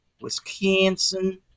Wisconsin